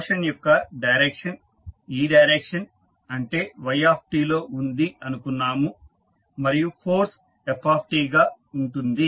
motion యొక్క direction ఈ direction అంటే yలో ఉంది అనుకున్నాము మరియు ఫోర్స్ fగా ఉంటుంది